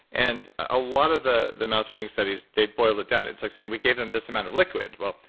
and a lot of the the mouse feeding studies they boil it down, it's like saying, we gave them this amount of liquid. well,